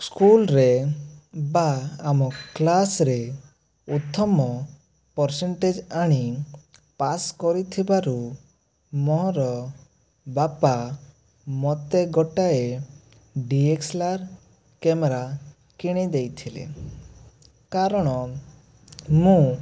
ସ୍କୁଲରେ ବା ଆମ କ୍ଳାସରେ ଉତ୍ତମ ପର୍ସେଣ୍ଟେଜ ଆଣି ପାସ କରିଥିବାରୁ ମୋର ବାପା ମତେ ଗୋଟାଏ ଡିଏକ୍ସଲାର କ୍ୟାମେରା କିଣିଦେଇଥିଲେ କାରଣ ମୁଁ